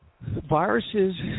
Viruses